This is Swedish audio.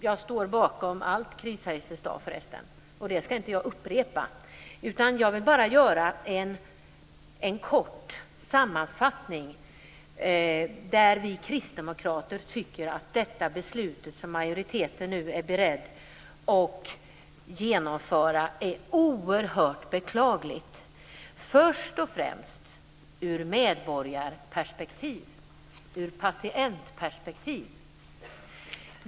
Jag står bakom allt Chris Heister sade, och jag ska inte upprepa det. Jag vill bara göra en kort sammanfattning. Vi kristdemokrater tycker att detta beslut, som majoriteten nu är beredd att genomföra, är oerhört beklagligt först och främst ur medborgar och patientperspektiv.